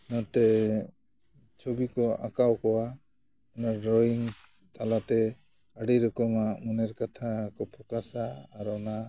ᱱᱚᱛᱮ ᱪᱷᱚᱵᱤ ᱠᱚ ᱟᱸᱠᱟᱣ ᱠᱚᱣᱟ ᱚᱱᱟ ᱰᱨᱚᱭᱤᱝ ᱛᱟᱞᱟᱛᱮ ᱟᱹᱰᱤ ᱨᱚᱠᱚᱢᱟᱜ ᱢᱚᱱᱮᱨ ᱠᱟᱛᱷᱟ ᱠᱚ ᱯᱷᱚᱠᱟᱥᱟ ᱟᱨ ᱚᱱᱟ